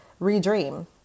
redream